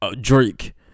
Drake